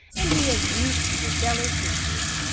and be of use to your fellow-creatures.